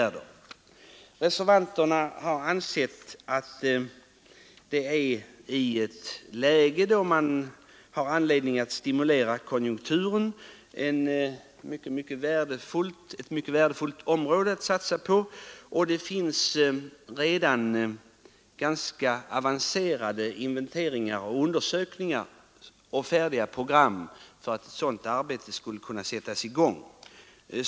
Reservanterna har ansett att detta i ett läge där man har anledning att stimulera konjunkturen är ett mycket värdefullt område att satsa på. Det finns redan ganska avancerade inventeringar och undersökningar liksom färdiga program som gör det möjligt att sätta i gång ett sådant arbete.